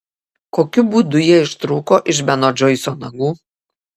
kokiu būdu jie ištrūko iš beno džoiso nagų